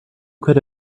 could